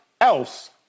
else